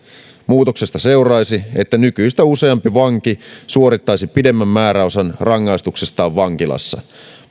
muutoksesta seuraisi että nykyistä useampi vanki suorittaisi pidemmän määräosan rangaistuksestaan vankilassa